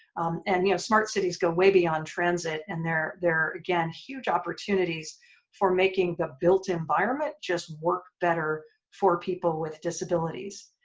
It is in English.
and you know smart cities go way beyond transit and they're there, again, huge opportunities for making the built environment just work better for people with disabilities.